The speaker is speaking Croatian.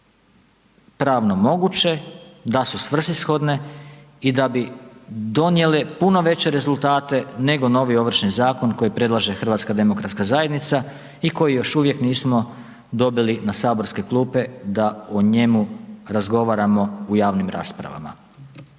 pravno moguće, da su svrsishodne i da bi donijele puno veće rezultate nego novi Ovršni zakon koji predlaže HDZ i koji još uvijek nismo dobili na saborske klupe da o njemu razgovaramo u javnim raspravama.